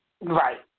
Right